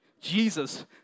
Jesus